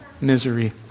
misery